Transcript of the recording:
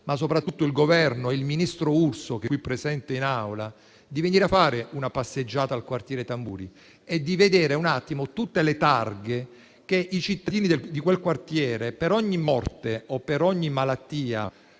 ma soprattutto il Governo e il ministro Urso (che è qui presente in Aula), a venire a fare una passeggiata al quartiere Tamburi e a vedere tutte le targhe che i cittadini di quel quartiere affiggono di fianco